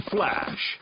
Flash